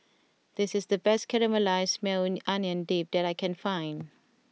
this is the best Caramelized Maui Onion Dip that I can find